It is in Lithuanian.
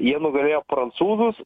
jie nugalėjo prancūzus